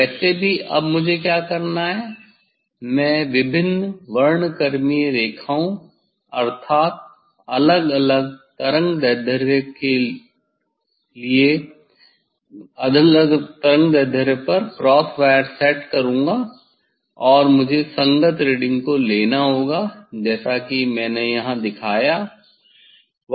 वैसे भी अब मुझे क्या करना है मैं विभिन्न वर्णक्रमीय रेखाओं अर्थात अलग अलग तरंगदैर्ध्य के पर क्रॉस वायर सेट करूँगा और मुझे संगत रीडिंग को लेना होगा जैसा कि मैंने यहां दिखाया है